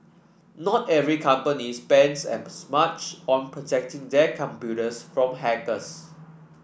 not every company spends much on protecting their computers from hackers